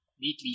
neatly